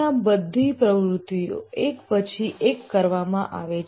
અહીંયા બધી પ્રવૃત્તિઓ એક પછી એક કરવામાં આવે છે